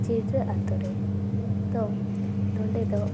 ᱪᱤᱲᱨᱟᱹ ᱟᱛᱳ ᱨᱮ ᱛᱚ ᱱᱚᱸᱰᱮ ᱫᱚ